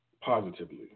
positively